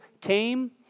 came